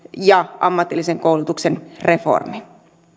ja ammatillisen koulutuksen reformi